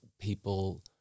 people